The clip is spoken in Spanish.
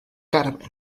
carmen